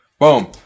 Boom